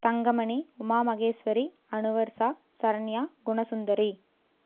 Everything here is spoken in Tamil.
தங்கமணி உமாமகேஸ்வரி அனுவர்ஷா சரண்யா குணசுந்தரி